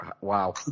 wow